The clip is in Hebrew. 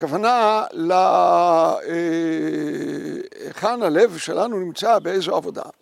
‫הכוונה ל... היכן הלב שלנו ‫נמצא באיזו עבודה.